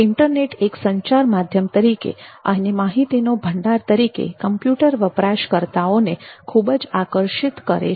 internet એક સંચાર માધ્યમ તરીકે અને માહિતીનો ભંડાર તરીકે કમ્પ્યુટર વપરાશકર્તાઓને ખૂબ જ આકર્ષિત કરે છે